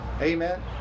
Amen